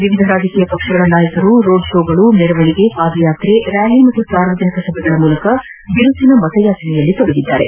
ವಿವಿಧ ರಾಜಕೀಯ ಪಕ್ಷಗಳ ನಾಯಕರು ರೋಡ್ ಶೋ ಮೆರವಣಿಗೆ ಪಾದಯಾತ್ರೆ ರ್್ಯಾಲಿ ಹಾಗೂ ಸಾರ್ವಜನಿಕರ ಸಭೆಗಳ ಮೂಲಕ ಬಿರುಸಿನ ಮತಯಾಚನೆಯಲ್ಲಿ ತೊಡಗಿದ್ದಾರೆ